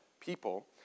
people